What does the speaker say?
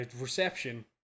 Reception